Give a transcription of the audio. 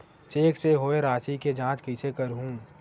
Cheque से होए राशि के जांच कइसे करहु?